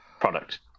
product